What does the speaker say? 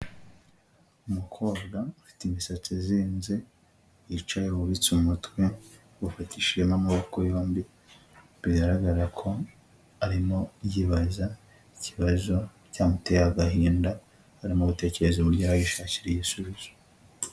Umukobwa afite imisatsi izinze, yicaye wubitse umutwe awufatishije n'amaboko yombi, bigaragara ko arimo yibaza ikibazo cyamuteye agahinda, arimo gutekereza uburyo yagishakira igisubizo.